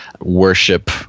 worship